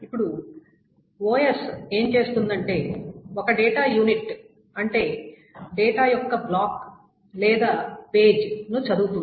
ఇప్పుడు OS ఏమి చేస్తుందంటే ఒక డేటా యూనిట్ అంటే డేటా యొక్క బ్లాక్ లేదా పేజ్ ను చదువుతుంది